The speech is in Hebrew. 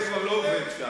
זה כבר לא עובד.